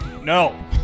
No